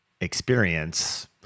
experience